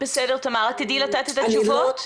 תדעי לתת את התשובות?